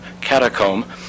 Catacomb